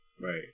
Right